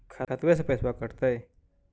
खतबे से पैसबा कटतय?